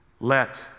Let